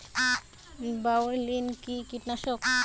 বায়োলিন কি কীটনাশক?